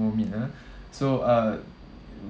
more meat ah so uh